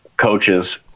coaches